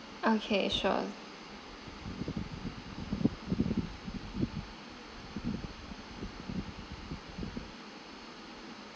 okay sure